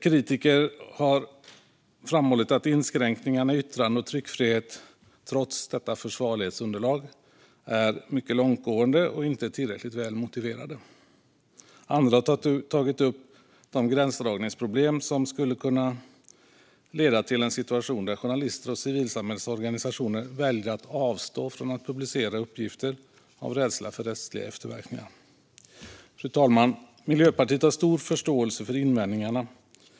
Kritiker har framhållit att inskränkningarna i yttrande och tryckfrihet trots försvarlighetsundantaget är mycket långtgående och inte tillräckligt väl motiverade. Andra har tagit upp de gränsdragningsproblem som skulle kunna leda till en situation där journalister och civilsamhällets organisationer väljer att avstå från att publicera uppgifter av rädsla för rättsliga efterverkningar. Fru talman! Miljöpartiet har stor förståelse för invändningarna.